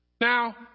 Now